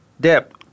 depth